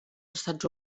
estats